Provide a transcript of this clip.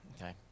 okay